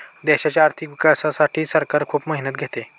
देशाच्या आर्थिक विकासासाठी सरकार खूप मेहनत घेते